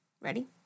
Ready